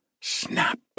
snap